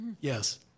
Yes